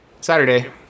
Saturday